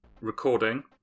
recording